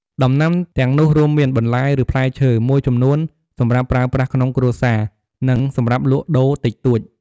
ដំណាំទាំងនោះរួមមាន បន្លែ ឬផ្លែឈើ មួយចំនួនសម្រាប់ប្រើប្រាស់ក្នុងគ្រួសារ និងសម្រាប់លក់ដូរតិចតួច។